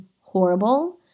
horrible